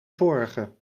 vorige